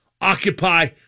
occupy